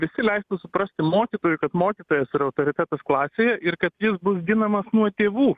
visi leistų suprasti mokytojui kad mokytojas yra autoritetas klasėje ir kad jis bus ginamas nuo tėvų